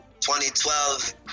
2012